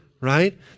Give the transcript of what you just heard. right